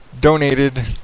donated